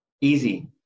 Easy